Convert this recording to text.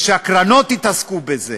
והקרנות יתעסקו בזה.